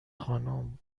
خانم